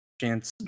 chance